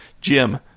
Jim